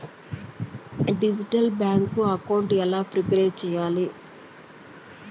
Digital bank account ఎలా prepare సెయ్యాలి?